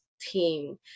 team